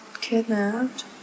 kidnapped